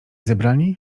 zebrani